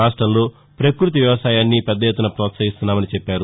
రాష్టంలో ప్రక్బతి వ్యవసాయాన్ని పెద్ద ఎత్తున ప్రోత్సహిస్తున్నామని చెప్పారు